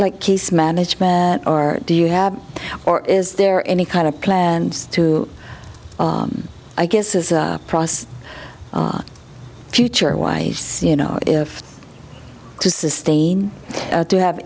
like case management or do you have or is there any kind of plans to i guess is a process future wise you know if to sustain or do you have